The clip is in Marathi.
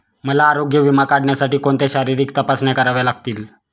मला आरोग्य विमा काढण्यासाठी कोणत्या शारीरिक तपासण्या कराव्या लागतील?